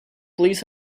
police